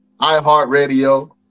iHeartRadio